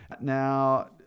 Now